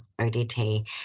ODT